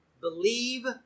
Believe